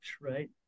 right